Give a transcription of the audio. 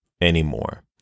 anymore